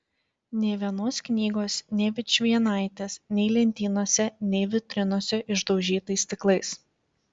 nė vienos knygos nė vičvienaitės nei lentynose nei vitrinose išdaužytais stiklais